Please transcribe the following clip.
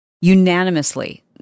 unanimously